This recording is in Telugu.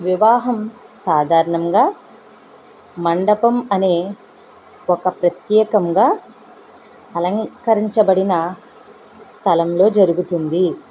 వివాహం సాధారణంగా మండపం అనే ఒక ప్రత్యేకంగా అలంకరించబడిన స్థలంలో జరుగుతుంది